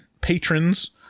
patrons